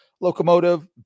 Locomotive